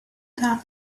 that